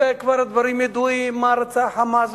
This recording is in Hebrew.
וכבר הדברים ידועים: מה רצה ה"חמאס",